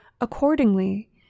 Accordingly